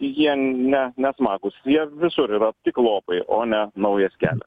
jie ne nesmagūs jie visur yra tik lopai o ne naujas kelia